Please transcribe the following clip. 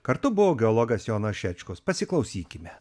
kartu buvo geologas jonas šečkus pasiklausykime